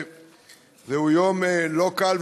זהו יום לא קל,